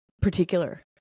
particular